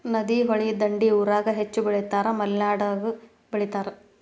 ನದಿ, ಹೊಳಿ ದಂಡಿ ಊರಾಗ ಹೆಚ್ಚ ಬೆಳಿತಾರ ಮಲೆನಾಡಾಗು ಬೆಳಿತಾರ